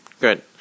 Good